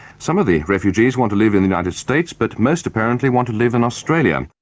some of the refugees want to live in the united states but most, apparently, want to live in australia.